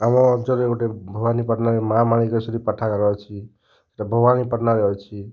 ଆମ ଅଞ୍ଚଳରେ ଗୋଟେ ଭବାନୀପାଟଣାରେ ମାଆ ମାଣିକେଶ୍ଵରୀ ପାଠାଗାର ଅଛି ସେଇଟା ଭବାନୀପାଟଣାରେ ଅଛି